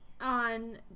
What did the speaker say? on